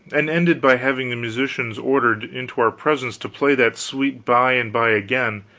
and ended by having the musicians ordered into our presence to play that sweet bye and bye again,